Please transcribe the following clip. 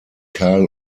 carl